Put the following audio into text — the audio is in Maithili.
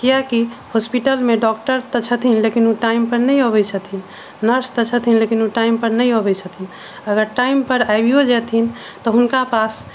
किआकि हॉस्पिटलमे डॉक्टर तऽ छथिन लेकिन ओ टाइम पर नहि अबैत छथिन नर्स तऽ छथिन लेकिन ओ टाइम पर नहि अबैत छथिन अगर टाइम पर आबियो जैथिन तऽ हुनका पास